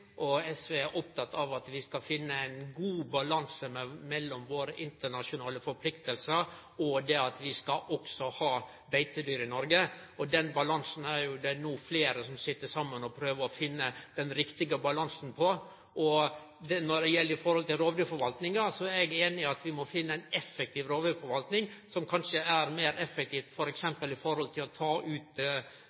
og SV er oppteke av at vi skal finne ein god balanse mellom våre internasjonale forpliktingar og det at vi skal også ha beitedyr i Noreg. Det er det no fleire som sit saman og prøver å finne den riktige balansen på. Når det gjeld rovdyrforvaltinga, er eg einig i at vi må finne ei rovdyrforvalting som kanskje er meir effektiv f.eks. når det gjeld å ta ut